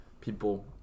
people